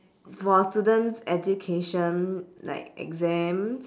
for students education like exams